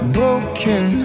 Broken